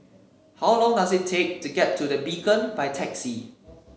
how long does it take to get to The Beacon by taxi